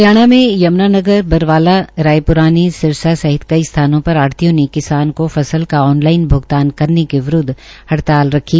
हरियाणा में यम्नानगर बरवाला रायप्ररानी सिरसा सहित कई स्थानों पर आढ़तियों ने किसानों को फसल का ऑन लाइन भ्गतान करने के विरूदव हड़ताल रखी